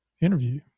interview